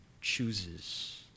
chooses